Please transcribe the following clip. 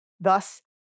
Thus